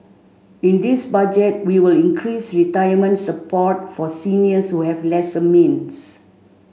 in this Budget we will increase retirement support for seniors who have lesser means